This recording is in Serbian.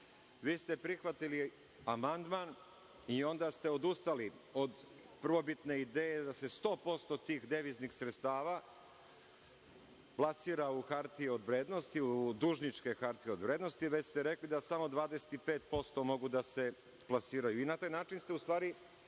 vi ste prihvatili amandman i onda ste odustali od prvobitne ideje da se 100% tih devizni sredstava plasira u hartije od vrednosti, u dužničke hartije od vrednosti, već ste rekli da samo 25% mogu da se plasiraju. Na taj način ste u stvari, i